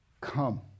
come